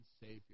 Savior